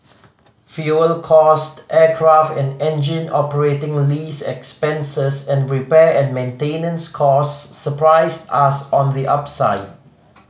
fuel cost aircraft and engine operating lease expenses and repair and maintenance costs surprised us on the upside